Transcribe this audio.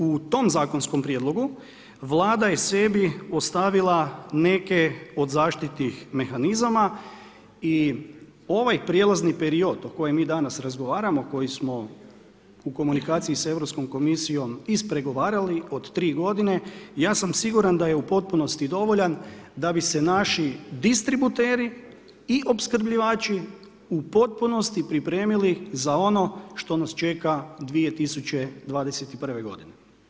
U tom zakonskom prijedlogu Vlada je sebi ostavila neke od zaštitnih mehanizama i ovaj prijelazni period o kojem mi danas razgovaramo, koji smo u komunikaciji sa Europskom komisijom ispregovarali od 3 godine, ja sam siguran da je u potpunosti dovoljan da bi se naši distributeri i opskrbljivači u potpunosti pripremili za ono što nas čeka 2021. godine.